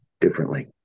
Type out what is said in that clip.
differently